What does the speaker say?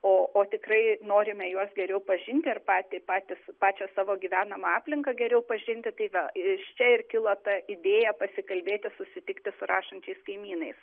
o o tikrai norime juos geriau pažinti ir patį patys pačio savo gyvenamą aplinką geriau pažinti tai va iš čia ir kilo ta idėja pasikalbėti susitikti su rašančiais kaimynais